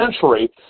century